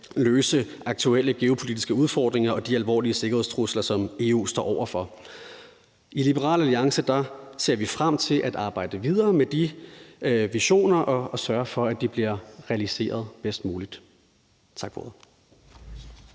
løse aktuelle geopolitiske udfordringer og de alvorlige sikkerhedstrusler, som EU står over for. I Liberal Alliance ser vi frem til at arbejde videre med de visioner og sørge for, at de bliver realiseret bedst muligt. Tak for